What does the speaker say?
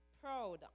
proud